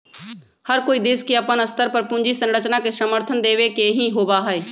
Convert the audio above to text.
हर कोई देश के अपन स्तर पर पूंजी संरचना के समर्थन देवे के ही होबा हई